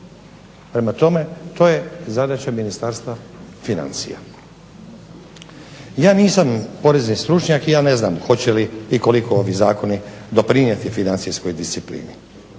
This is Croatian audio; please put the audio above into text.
Prema tome, to je zadaća Ministarstva financija. Ja nisam porezni stručnjak i ja ne znam hoće li i koliko ovi zakoni doprinijeti financijskoj disciplini,